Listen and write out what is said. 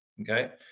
Okay